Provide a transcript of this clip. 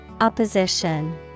Opposition